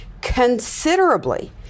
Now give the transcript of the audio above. considerably